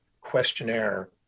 questionnaire